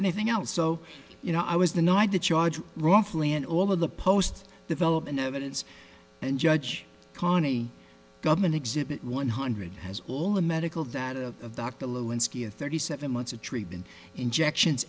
anything else so you know i was the night the charge wrongfully and all of the posts develop in evidence and judge connie government exhibit one hundred has all the medical that a doctor lewinsky a thirty seven months of treatment injections